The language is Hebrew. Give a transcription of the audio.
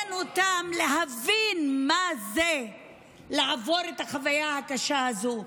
מעניין אותן להבין מה זה לעבור את החוויה הקשה הזאת.